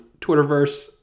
Twitterverse